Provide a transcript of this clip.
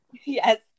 Yes